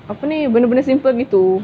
apa ni benda-benda simple gitu